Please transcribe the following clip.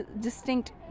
distinct